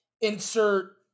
Insert